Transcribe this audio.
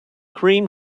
cream